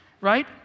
right